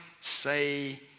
say